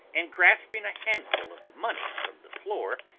and, grasping a handful of the money from the floor,